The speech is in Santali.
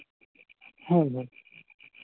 ᱦᱳᱭ ᱦᱳᱭ